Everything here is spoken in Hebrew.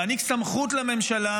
להעניק סמכות לממשלה